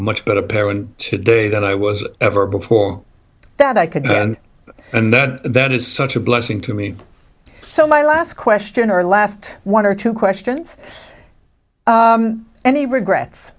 much better parent today that i was ever before that i could and that is such a blessing to me so my last question or last one or two questions any regrets